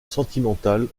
sentimental